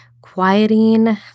quieting